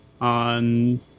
on